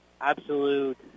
absolute